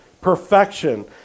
perfection